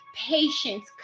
Patience